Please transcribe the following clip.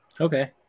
Okay